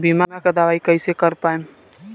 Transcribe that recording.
बीमा के दावा कईसे कर पाएम?